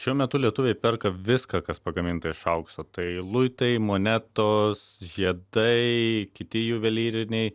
šiuo metu lietuviai perka viską kas pagaminta iš aukso tai luitai monetos žiedai kiti juvelyriniai